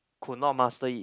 could not master it